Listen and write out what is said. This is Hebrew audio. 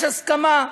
יש הסכמה.